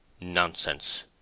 Nonsense